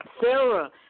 Sarah